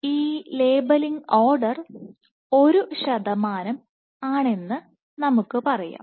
ഈ labelling order ഒരു ശതമാനം ആണെന്ന് നമുക്ക് പറയാം